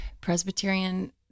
Presbyterian